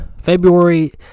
February